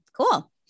cool